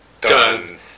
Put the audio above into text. done